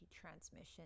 transmission